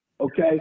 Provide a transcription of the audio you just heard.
Okay